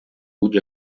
будь